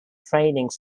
training